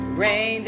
rain